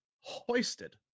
hoisted